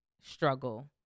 struggle